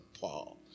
Paul